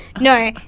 No